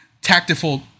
tactful